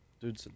dude